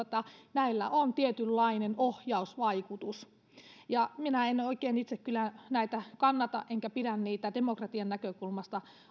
näillä on tietynlainen ohjausvaikutus minä en oikein itse kyllä näitä kannata enkä pidä niitä demokratian näkökulmasta